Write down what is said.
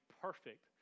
perfect